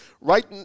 right